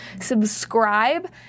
subscribe